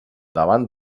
davant